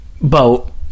boat